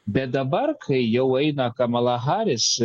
bet dabar kai jau eina kamala haris